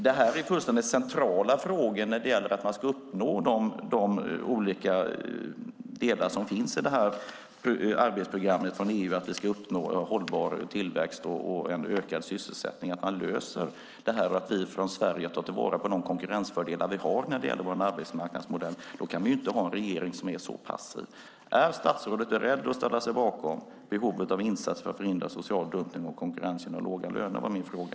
Detta är fullständigt centrala frågor för att uppnå de olika delar som finns i arbetsprogrammet från EU, uppnå hållbar tillväxt och ökad sysselsättning. För att lösa detta och för att vi från Sverige ska kunna ta till vara de konkurrensfördelar vi har när det gäller vår arbetsmarknadsmodell kan vi inte ha en regering som är så passiv. Är statsrådet beredd att ställa sig bakom behovet av insatser för att förhindra social dumpning och konkurrens genom låga löner? Det var min fråga.